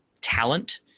talent